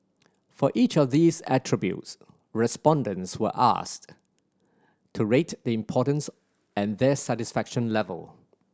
for each of these attributes respondents were asked to rate the importance and their satisfaction level